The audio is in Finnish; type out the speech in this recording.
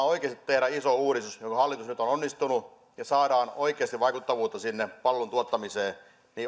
oikeasti tehdä iso uudistus jossa hallitus nyt on onnistunut ja saadaan oikeasti vaikuttavuutta sinne palvelujen tuottamiseen niin olkaa